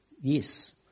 Yes